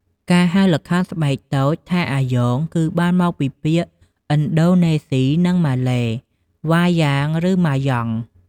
ការហៅល្ខោនស្បែកតូចថា “អាយ៉ង” គឺបានមកពីពាក្យឥណ្ឌូនេស៊ី និងម៉ាឡេ “វ៉ាយ៉ាង” (Wayang) ឬ “ម៉ាល់យ៉ង់” (Malyang) ។